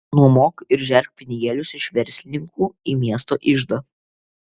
nuomok ir žerk pinigėlius iš verslininkų į miesto iždą